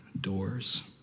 doors